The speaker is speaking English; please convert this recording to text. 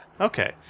Okay